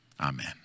Amen